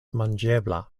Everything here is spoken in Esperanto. manĝebla